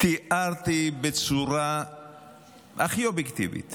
תיארתי בצורה הכי אובייקטיבית